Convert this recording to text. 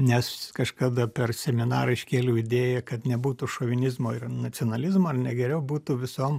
nes kažkada per seminarą iškėliau idėją kad nebūtų šovinizmo ir nacionalizmo ar ne geriau būtų visom